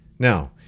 Now